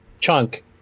chunk